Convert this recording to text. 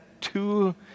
two